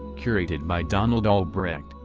curated by donald albrecht,